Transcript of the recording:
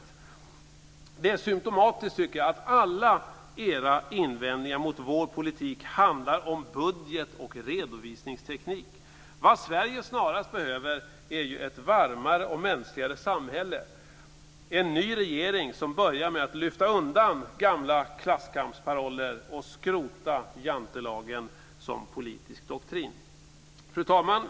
Jag tycker att det är symtomatiskt att alla era invändningar mot vår politik handlar om budget och redovisningsteknik. Vad Sverige snarast behöver är ett varmare och mänskligare samhälle, en ny regering som börjar med att lyfta undan gamla klasskampsparoller och skrota Jantelagen som politisk doktrin. Fru talman!